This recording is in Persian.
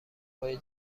های